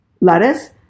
lettuce